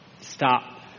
Stop